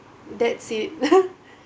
that's it